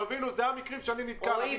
תבינו, זה המקרים שאני נתקל בהם.